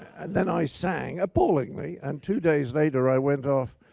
and then i sang appallingly. and two days later, i went off,